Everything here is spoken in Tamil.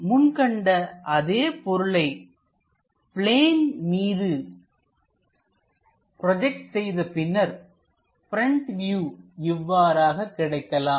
முன் கண்ட அதே பொருளை பிளேன் மீது ப்ரொஜெக்ட் செய்தபின்னர் பிரண்ட் வியூ இவ்வாறாக கிடைக்கலாம்